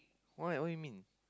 why what you mean